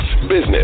business